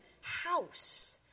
house